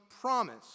promise